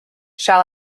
shall